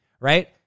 right